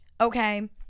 Okay